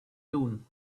dune